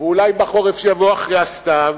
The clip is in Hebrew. ואולי בחורף שיבוא אחרי הסתיו,